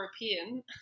European